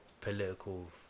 political